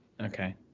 Okay